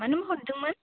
मानोबा हरदोंमोन